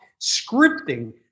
scripting